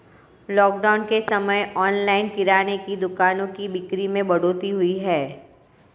lockdown के समय online किराने की दुकानों की बिक्री में बढ़ोतरी हुई है